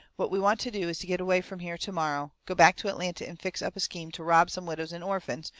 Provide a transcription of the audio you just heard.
what we want to do is to get away from here to-morrow go back to atlanta and fix up a scheme to rob some widows and orphans,